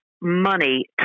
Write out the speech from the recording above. money